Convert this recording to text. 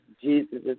Jesus